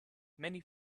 many